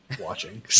watching